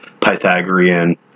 pythagorean